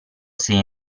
sei